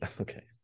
Okay